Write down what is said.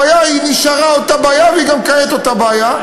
הבעיה נשארה אותה בעיה והיא גם כעת אותה בעיה,